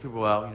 well, and